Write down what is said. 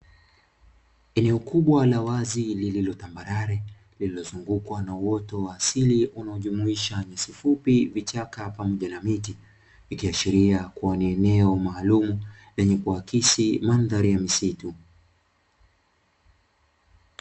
Eneo kubwa la wazi lililotambarare, lililozungukwa na uoto wa asili unaojumuisha; nyasi fupi, vichaka pamoja na miti, ikiashiria kuwa ni eneo maalumu lenye kuakisi mandhari ya msitu.